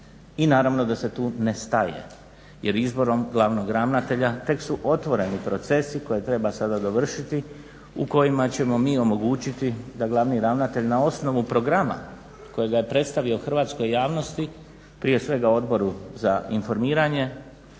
I naravno da se tu ne staje jer izborom glavnog ravnatelja tek su otvoreni procesi koje treba sada dovršiti, u kojima ćemo mi omogućiti da glavni ravnatelj na osnovu programa kojega je predstavio hrvatskoj javnosti, prije svega Odboru za informiranje,